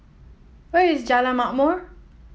where is Jalan Ma'mor